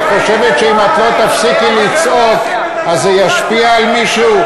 את חושבת שאם את לא תפסיקי לצעוק אז זה ישפיע על מישהו?